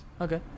Okay